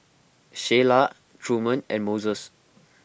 Sheila Truman and Moses